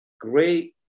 great